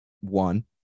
one